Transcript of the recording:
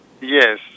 yes